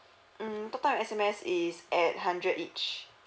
mm talk time and S_M_S is at hundred each